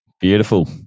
Beautiful